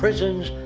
prisons,